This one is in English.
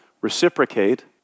reciprocate